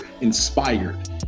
inspired